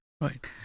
Right